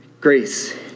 Grace